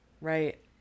Right